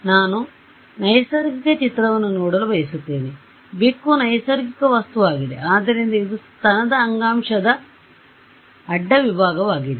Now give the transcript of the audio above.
ಮತ್ತು ನಾನು ನೈಸರ್ಗಿಕ ಚಿತ್ರವನ್ನು ನೋಡಲು ಬಯಸುತ್ತೇನೆ ಬೆಕ್ಕು ನೈಸರ್ಗಿಕ ವಸ್ತುವಾಗಿದೆ ಆದ್ದರಿಂದ ಇದು ಸ್ತನ ಅಂಗಾಂಶದ ಅಡ್ಡ ವಿಭಾಗವಾಗಿದೆ